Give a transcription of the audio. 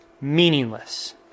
meaningless